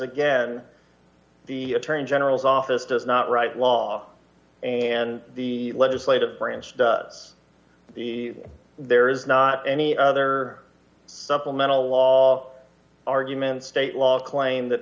again the attorney general's office does not write law and the legislative branch does the there is not any other supplemental law arguments state law claim th